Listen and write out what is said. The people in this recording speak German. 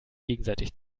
gegenseitig